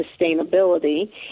sustainability